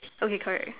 okay correct